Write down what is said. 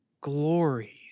glory